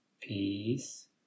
Peace